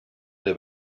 dei